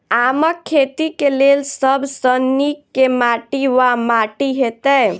आमक खेती केँ लेल सब सऽ नीक केँ माटि वा माटि हेतै?